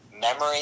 Memory